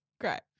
great